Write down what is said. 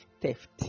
theft